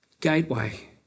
Gateway